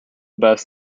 best